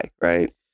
right